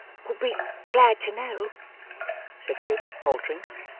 would be glad to know said kit, faltering.